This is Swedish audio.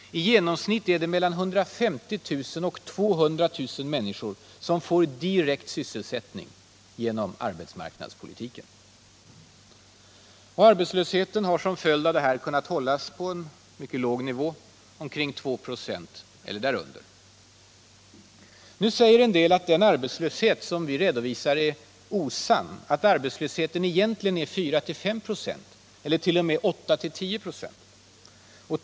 I genomsnitt är det mellan 150 000 och 200 000 människor som får direkt sysselsättning genom arbetsmarknadspolitiken. Arbetslösheten har som en följd av det här kunnat hållas på en mycket låg nivå, omkring 2 96 eller därunder. Nu säger en del att de arbetslöshetssiffror som vi redovisar är osanna, att arbetslösheten egentligen är 4—5 96 eller t.o.m. 8-10 96.